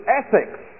ethics